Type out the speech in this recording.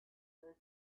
that